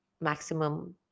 maximum